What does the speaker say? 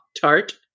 tart